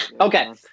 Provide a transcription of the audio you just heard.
okay